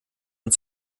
und